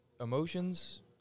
emotions